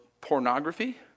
pornography